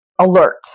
alert